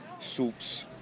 soups